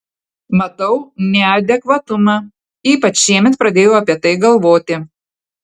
matau neadekvatumą ypač šiemet pradėjau apie tai galvoti